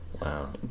Wow